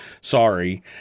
Sorry